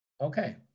Okay